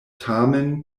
tamen